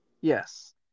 Yes